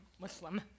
Muslim